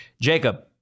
Jacob